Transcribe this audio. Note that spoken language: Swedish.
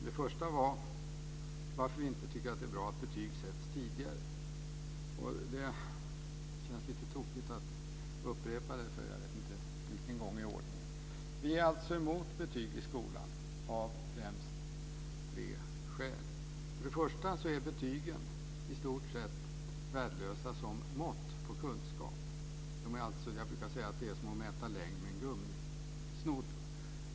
Den första frågan gällde varför vi inte tycker att det är bra att betyg sätts tidigare. Det känns lite tokigt att upprepa detta för jag vet inte vilken gång i ordningen. Vi är alltså emot betyg i skolan av tre skäl. För det första är betygen i stort sett värdelösa som mått på kunskap. Jag brukar säga att det är som att mäta längd med en gummisnodd.